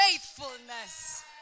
faithfulness